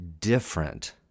different